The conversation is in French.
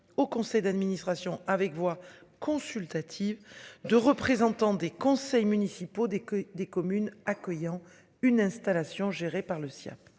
au conseil d'administration avec voix consultative de représentants des conseils municipaux des que des communes accueillant une installation géré par le sien.